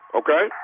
okay